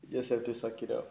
you just have to sort it out